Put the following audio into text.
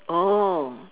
oh